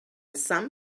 some